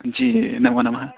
जी नमो नमः